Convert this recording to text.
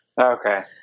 Okay